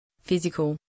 physical